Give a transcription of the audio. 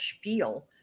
spiel